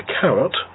carrot